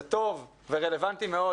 זה טוב ורלוונטי מאוד,